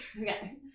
Okay